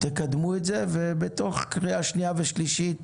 תקדמו את זה, ובתוך קריאה שנייה ושלישית,